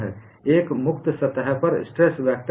लेकिन आपके पास अन्य सभी संभावित समतलों पर स्ट्रेस हो सकता है